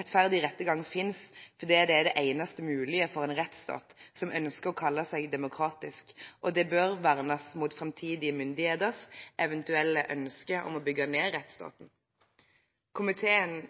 Rettferdig rettergang finnes fordi det er det eneste mulige for en rettsstat som ønsker å kalle seg demokratisk, og det bør vernes mot framtidige myndigheters eventuelle ønske om å bygge ned rettsstaten. Komiteen